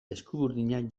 eskuburdinak